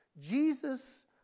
Jesus